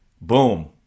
boom